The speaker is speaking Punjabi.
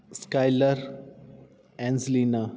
Skyler Azlina